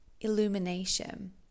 illumination